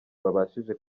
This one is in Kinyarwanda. babashije